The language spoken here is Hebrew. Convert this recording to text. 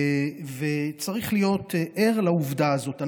וצריך להיות ער לעובדה הזאת.